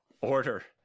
order